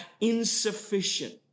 insufficient